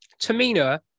Tamina